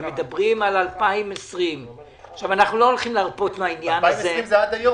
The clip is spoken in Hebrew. הם מדברים על 2020. אנחנו לא הולכים להרפות מהעניין הזה,